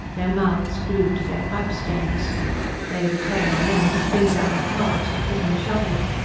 their mouths glued to their pipe-stems they were tail-on-end to fling down the cards for pick and shovel.